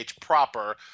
proper